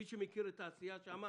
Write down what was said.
מי שמכיר את העשייה שם,